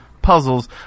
puzzles